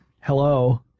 Hello